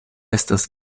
estas